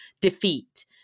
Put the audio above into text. defeat